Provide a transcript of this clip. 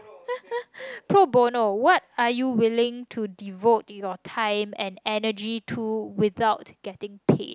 pro bono what are you willing to devote your time and energy to without getting paid